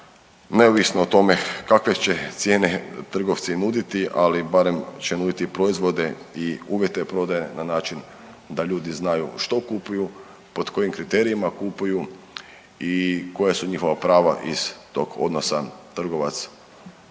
neovisno o tome kakve će cijene trgovci nuditi ali barem će nuditi proizvode i uvjete prodaje na način da ljudi znaju što kupuju, pod kojim kriterijima kupuju i koja su njihova prava iz tog odnosa trgovac